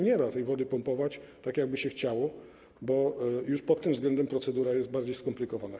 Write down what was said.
Nie da się tej wody pompować tak, jak by się chciało, bo pod tym względem procedura jest już bardziej skomplikowana.